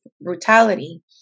brutality